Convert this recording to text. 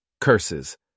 Curses